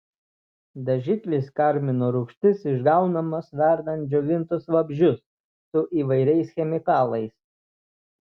dažiklis karmino rūgštis išgaunamas verdant džiovintus vabzdžius su įvairiais chemikalais